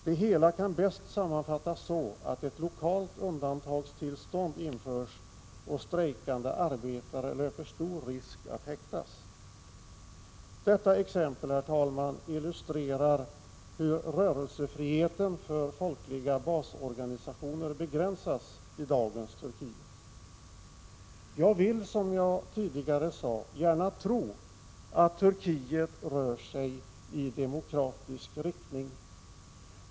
Det hela kan bäst sammanfattas så att ett lokalt undantagstillstånd införs, och strejkande arbetare löper stor risk att häktas. Detta exempel, herr talman, illustrerar hur rörelsefriheten för folkliga basorganisationer begränsas i dagens Turkiet. Jag vill, som jag tidigare sade, gärna tro att Turkiet rör sig i demokratisk riktning.